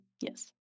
Yes